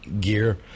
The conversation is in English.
gear